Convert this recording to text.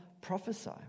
prophesy